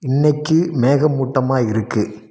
இன்னைக்கு மேகமூட்டமாக இருக்குது